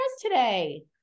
today